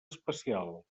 especial